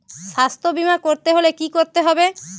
স্বাস্থ্যবীমা করতে হলে কি করতে হবে?